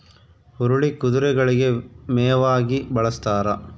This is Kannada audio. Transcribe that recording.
ಹುರುಳಿ ಕುದುರೆಗಳಿಗೆ ಮೇವಾಗಿ ಬಳಸ್ತಾರ